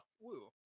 Woo